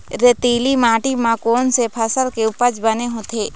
रेतीली माटी म कोन से फसल के उपज बने होथे?